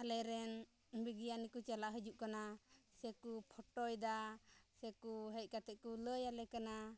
ᱟᱞᱮᱨᱮᱱ ᱵᱤᱜᱽᱜᱟᱱᱤᱠ ᱠᱚ ᱪᱟᱞᱟᱣ ᱦᱤᱡᱩᱜ ᱠᱟᱱᱟ ᱥᱮᱠᱚ ᱯᱷᱳᱴᱳᱭᱫᱟ ᱥᱮᱠᱚ ᱦᱮᱡ ᱠᱟᱛᱮᱫ ᱠᱚ ᱞᱟᱹᱭᱟᱞᱮ ᱠᱟᱱᱟ